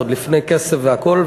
עוד לפני כסף והכול,